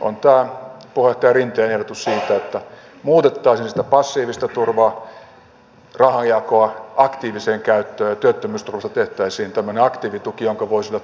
on tämä puheenjohtaja rinteen ehdotus siitä että muutettaisiin sitä passiivista turvaa rahanjakoa aktiiviseen käyttöön ja työttömyysturvasta tehtäisiin tämmöinen aktiivituki jonka voi saada työllistymiseen mukaan